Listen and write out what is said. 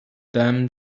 them